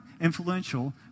influential